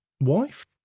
wife